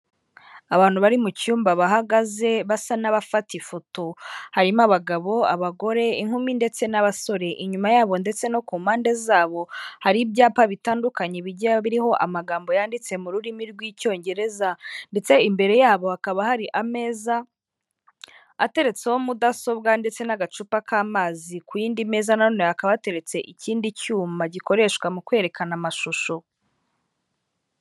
Abantu bari mu cyumba bahagaze basa n'abafata ifoto, harimo abagabo ,abagore, inkumi ndetse n'abasore. Inyuma yabo ndetse no ku mpande zabo, hari ibyapa bitandukanye bigiye biriho amagambo yanditse mu rurimi rw'icyongereza ndetse imbere yabo hakaba hari ameza, ateretseho mudasobwa ndetse n'agacupa k'amazi, ku yindi meza nanone hakaba hateretse ikindi cyuma gikoreshwa mu kwerekana amashusho.